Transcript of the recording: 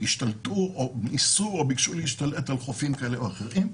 שניסו או ביקשו להשתלט על חופים כאלה ואחרים.